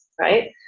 right